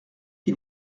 qui